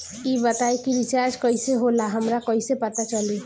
ई बताई कि रिचार्ज कइसे होला हमरा कइसे पता चली?